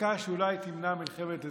דקה שאולי תמנע מלחמת אזרחים.